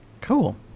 Cool